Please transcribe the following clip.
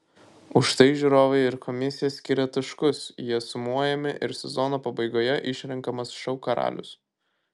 už tai žiūrovai ir komisija skiria taškus jie sumojami ir sezono pabaigoje išrenkamas šou karalius